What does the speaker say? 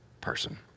person